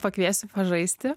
pakviesiu pažaisti